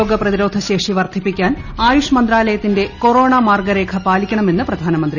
രോഗ പ്രതിരോധ ശേഷി വർദ്ധിപ്പിക്കാൻ ആയുഷ് മന്ത്രാലയത്തിന്റെ കൊറോണ മാർഗരേഖ പാലിക്കണമെന്ന് പ്രധാനമന്ത്രി